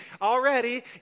already